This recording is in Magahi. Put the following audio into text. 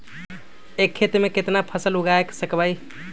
एक खेत मे केतना फसल उगाय सकबै?